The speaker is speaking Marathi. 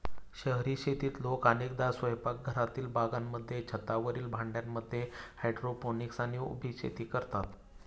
शहरी शेतीत लोक अनेकदा स्वयंपाकघरातील बागांमध्ये, छतावरील भांड्यांमध्ये हायड्रोपोनिक्स आणि उभी शेती करतात